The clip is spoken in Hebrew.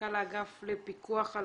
סמנכ"ל האגף לפיקוח על